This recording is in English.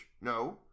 No